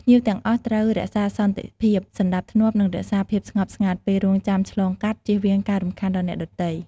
ភ្ញៀវទាំងអស់ត្រូវរក្សាសន្តិភាព សណ្តាប់ធ្នាប់ និងរក្សាភាពស្ងប់ស្ងាត់ ពេលរង់ចាំឆ្លងកាត់ ជៀសវាងការរំខានដល់អ្នកដទៃ។